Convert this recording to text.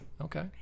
Okay